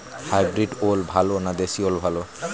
Hybrid ওল ভালো না দেশী ওল ভাল?